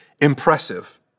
impressive